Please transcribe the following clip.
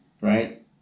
right